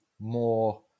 more